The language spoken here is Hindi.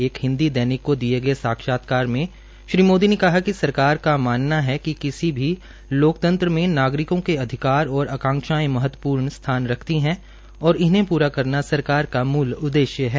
एक हिन्दी दैनिक को दिए गये साक्षात्कार में श्री मोदी ने कहा कि सरकार का मानना है कि किसी भी लोकतंत्र में नागरिकों के अधिकार और अकांक्षाए महत्वपूर्ण स्थान रखती है और इन्हें पूरा करना सरकार का मुल उद्देश्य है